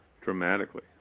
dramatically